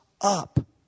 up